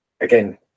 again